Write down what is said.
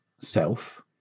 self